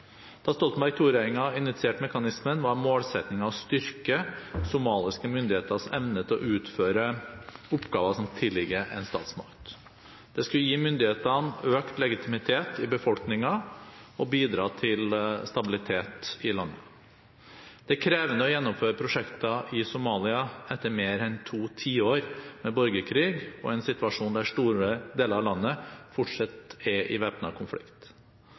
Da Stoltenberg II-regjeringen initierte mekanismen, var målsettingen å styrke somaliske myndigheters evne til å utføre oppgaver som tilligger en statsmakt. Det skulle gi myndighetene økt legitimitet i befolkningen og bidra til stabilitet i landet. Det er krevende å gjennomføre prosjekter i Somalia etter mer enn to tiår med borgerkrig og i en situasjon der store deler av landet fortsatt er i væpnet konflikt.